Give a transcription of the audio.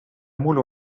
mullu